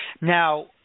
Now